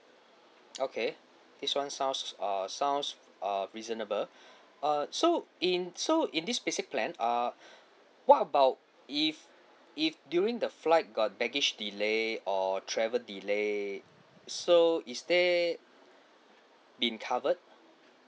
okay this [one] sounds err sounds uh reasonable uh so in so in this basic plan uh what about if if during the flight got baggage delay or travel delay so is there been covered